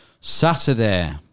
Saturday